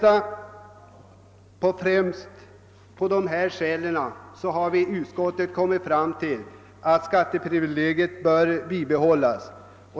Av främst dessa skäl har vi i utskottet funnit att skatteprivilegiet bör bibehållas.